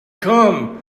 come